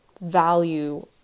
value